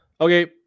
Okay